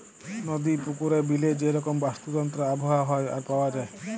নদি, পুকুরে, বিলে যে রকম বাস্তুতন্ত্র আবহাওয়া হ্যয়ে আর পাওয়া যায়